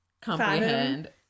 comprehend